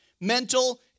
mental